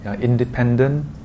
independent